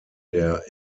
der